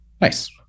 Nice